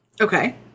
Okay